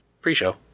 pre-show